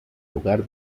lugar